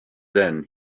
then